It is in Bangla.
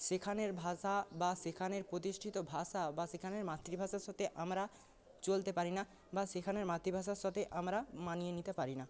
সেখানের ভাষা বা সেখানের প্রতিষ্ঠিত ভাষা বা সেখানের মাতৃভাষার সাথে আমরা চলতে পারি না বা সেখানের মাতৃভাষার সাথে আমরা মানিয়ে নিতে পারি না